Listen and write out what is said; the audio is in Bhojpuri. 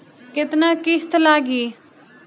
केतना किस्त लागी?